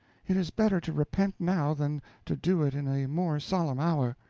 it is better to repent now, than to do it in a more solemn hour.